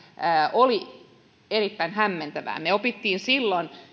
oli erittäin hämmentävää me opimme silloin